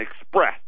Express